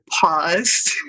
paused